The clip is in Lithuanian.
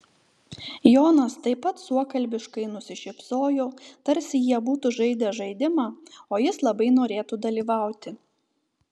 jonas taip pat suokalbiškai nusišypsojo tarsi jie būtų žaidę žaidimą o jis labai norėtų dalyvauti